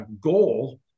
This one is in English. goal